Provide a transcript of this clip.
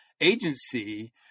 agency